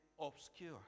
obscure